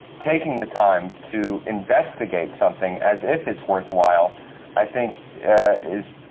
taking the time to investigate something as if it's worthwhile i think is